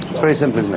very simple, isn't it?